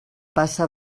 passa